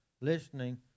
listening